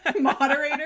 moderator